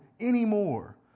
anymore